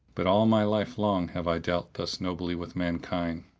but all my life long have i dealt thus nobly with mankind,